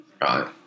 Right